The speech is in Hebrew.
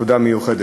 תודה מיוחדת.